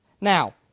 Now